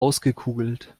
ausgekugelt